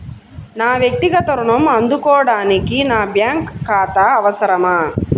నా వక్తిగత ఋణం అందుకోడానికి నాకు బ్యాంక్ ఖాతా అవసరమా?